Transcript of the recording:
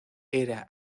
era